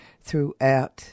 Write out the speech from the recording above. throughout